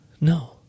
No